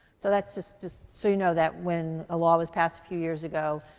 so that's just just so you know that when a law was passed a few years ago,